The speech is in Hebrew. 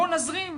בואו נזרים?